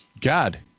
God